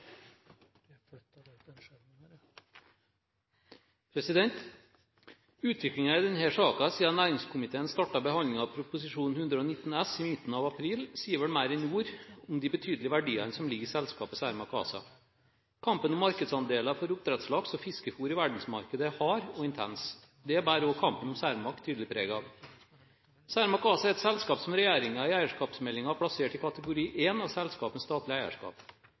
talere her benytte anledningen til å takke for et godt samarbeid i komiteen, og ønsker alle en riktig god sommer! Utviklingen i denne saken siden næringskomiteen startet behandlingen av Prop. 119 S i midten av april, sier vel mer enn ord om de betydelige verdiene som ligger i selskapet Cermaq ASA. Kampen om markedsandeler for oppdrettslaks og fiskefôr i verdensmarkedet er hard og intens. Det bærer også kampen om Cermaq tydelig preg av. Cermaq ASA er et selskap som regjeringen i